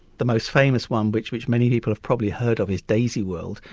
the most famous one which which many people have probably heard of is daisy world,